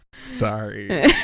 Sorry